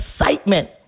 excitement